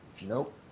Nope